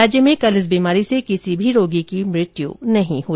राज्य में कल इस बीमारी से किसी भी रोगी की मृत्यु नहीं हुई